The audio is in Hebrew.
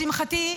לשמחתי,